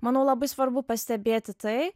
manau labai svarbu pastebėti tai